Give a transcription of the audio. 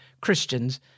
Christians